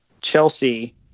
Chelsea